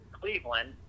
Cleveland